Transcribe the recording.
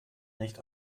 nicht